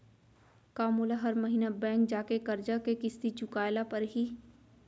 का मोला हर महीना बैंक जाके करजा के किस्ती चुकाए ल परहि?